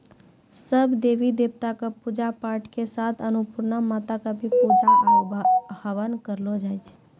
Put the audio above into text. सब देवी देवता कॅ पुजा पाठ के साथे अन्नपुर्णा माता कॅ भी पुजा आरो हवन करलो जाय छै